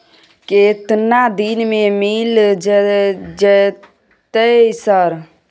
केतना दिन में मिल जयते सर?